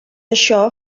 això